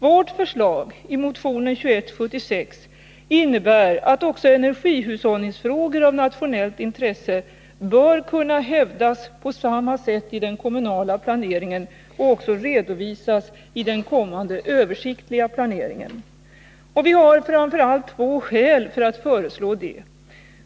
Vårt förslag i motionen 2176 innebär att också energihushållningsfrågor av nationellt intresse bör kunna hävdas på samma sätt i den kommunala planeringen och också redovisas i den kommande översiktliga planeringen. Vi har framför allt två skäl för att föreslå det.